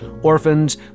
orphans